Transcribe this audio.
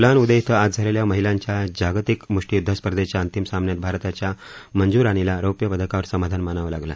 रशियात Ulan Ude इथं आज झालेल्या माहिलांच्या जागतिक मृष्टीयुद्ध स्पर्धेच्या अंतिम सामन्यात भारताच्या मंजू रानीला रौप्यपदकावर समाधान मानावं लागलं